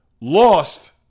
lost